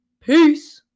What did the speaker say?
Peace